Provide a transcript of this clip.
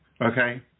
Okay